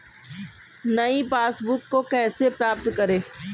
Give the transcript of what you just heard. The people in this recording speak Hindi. नई पासबुक को कैसे प्राप्त करें?